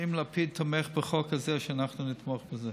שאם לפיד תומך בחוק הזה, אנחנו נתמוך בזה.